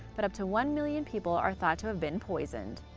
but up to one million people are thought to have been poisoned.